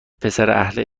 پسراهل